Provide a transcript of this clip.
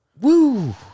woo